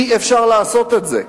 אי-אפשר לעשות את זה.